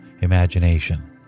imagination